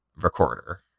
recorder